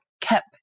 kept